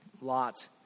Lot